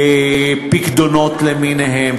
פיקדונות למיניהם,